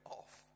off